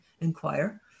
inquire